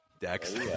Dex